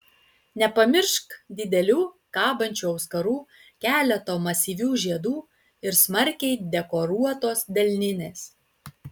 nepamiršk didelių kabančių auskarų keleto masyvių žiedų ir smarkiai dekoruotos delninės